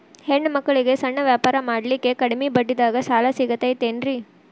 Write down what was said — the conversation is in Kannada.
ಹೆಣ್ಣ ಮಕ್ಕಳಿಗೆ ಸಣ್ಣ ವ್ಯಾಪಾರ ಮಾಡ್ಲಿಕ್ಕೆ ಕಡಿಮಿ ಬಡ್ಡಿದಾಗ ಸಾಲ ಸಿಗತೈತೇನ್ರಿ?